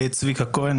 צביקה כהן,